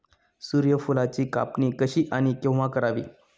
सूर्यफुलाची कापणी कशी आणि केव्हा करावी?